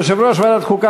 יושב-ראש ועדת החוקה,